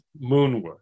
moonwood